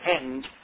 end